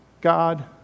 God